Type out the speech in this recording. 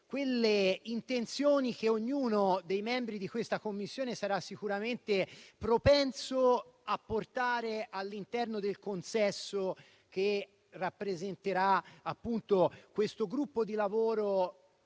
quelle intenzioni che ognuno dei membri della Commissione sarà sicuramente propenso a portare all'interno del consesso che rappresenterà un gruppo di lavoro